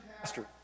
Pastor